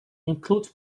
includes